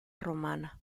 romana